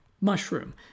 mushroom